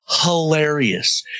hilarious